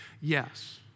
Yes